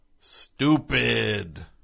Stupid